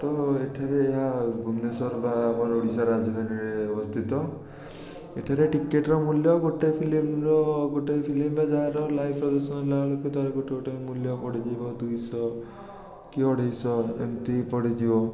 ତ ଏଠାରେ ଏହା ଭୁବନେଶ୍ୱର ବା ଓଡ଼ିଶାର ରାଜଧାନୀରେ ଅବସ୍ଥିତ ଏଠାରେ ଟିକେଟର ମୂଲ୍ୟ ଗୋଟେ ଫିଲ୍ମର ଗୋଟେ ଫିଲ୍ମ ଯାହାର ଗୋଟେ ଗୋଟେ ମୂଲ୍ୟ ବଢ଼ିଥିବ ଦୁଇଶହ କି ଅଢ଼େଇଶହ ଏମିତି ପଡ଼ିଯିବ